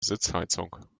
sitzheizung